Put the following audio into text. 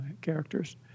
characters